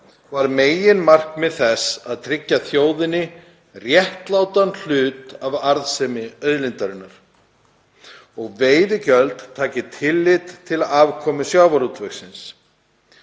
var meginmarkmið þess að tryggja þjóðinni réttlátan hlut af arðsemi auðlindarinnar og að veiðigjöld taki tillit til afkomu sjávarútvegsins.